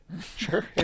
Sure